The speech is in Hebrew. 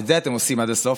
את זה אתם עושים עד הסוף,